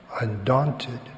undaunted